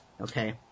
okay